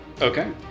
Okay